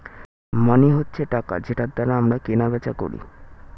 মানি হচ্ছে টাকা যেটার দ্বারা আমরা কেনা বেচা করি